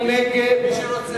מי נגד?